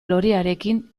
lorearekin